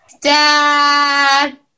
Dad